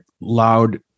loud